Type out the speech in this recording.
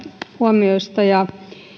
huomioista